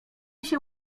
się